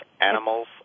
animals